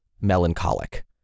melancholic